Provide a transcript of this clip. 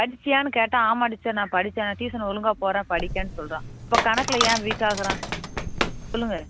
படித்தாயானு கேட்டால் ஆமாம் டீச்சர் நான் படித்தேன் டியூஷன் ஒழுங்கா போகிறேன் படிக்கேறேன்னு சொல்கிறான் அப்போ கணக்கில் ஏன் வீக்காகிறான் சொல்லுங்கள்